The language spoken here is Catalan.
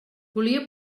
volia